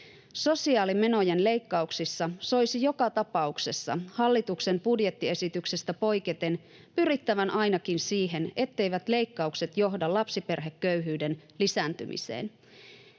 ”Sosiaalimenojen leikkauksissa soisi joka tapauksessa hallituksen budjettiesityksestä poiketen pyrittävän ainakin siihen, etteivät leikkaukset johda lapsiperheköyhyyden lisääntymiseen.